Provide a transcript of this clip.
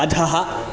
अधः